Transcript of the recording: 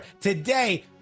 today